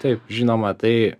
taip žinoma tai